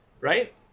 right